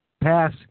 pass